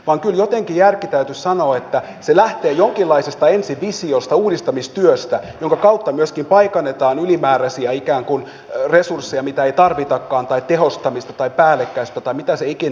kyllä jotenkin järjen täytyisi sanoa että se lähtee jonkinlaisesta ensivisiosta uudistamistyöstä jonka kautta myöskin paikannetaan ylimääräisiä ikään kuin resursseja mitä ei tarvitakaan tai tehostamista tai päällekkäisyyttä tai mitä se ikinä onkaan